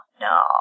no